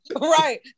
right